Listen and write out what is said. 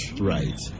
Right